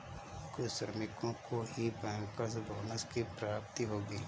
कुछ श्रमिकों को ही बैंकर्स बोनस की प्राप्ति होगी